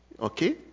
okay